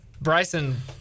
bryson